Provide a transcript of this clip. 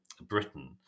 Britain